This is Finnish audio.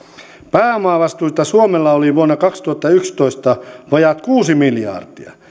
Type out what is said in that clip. pääomavastuita suomella oli vuonna kaksituhattayksitoista vajaat kuusi miljardia